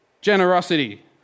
generosity